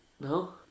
No